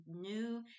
new